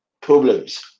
problems